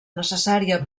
necessària